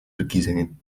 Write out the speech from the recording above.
verkiezingen